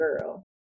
girl